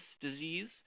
disease